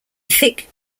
thick